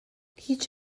هیچ